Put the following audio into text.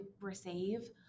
receive